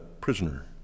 prisoner